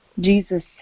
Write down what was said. Jesus